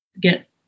get